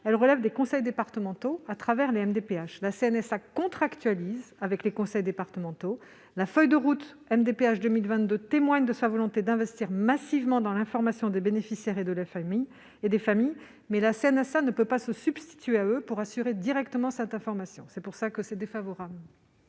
relève des conseils départementaux, les MDPH. La CNSA contractualise avec les conseils départementaux. La feuille de route MDPH 2022 témoigne de sa volonté d'investir massivement dans l'information des bénéficiaires et des familles, mais la CNSA ne peut pas se substituer aux départements pour assurer directement cette information. C'est pourquoi l'avis